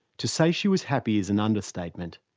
to say she was happy is an understatement.